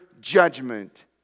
judgment